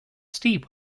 steep